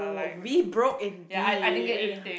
oh we broke indeed